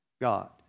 God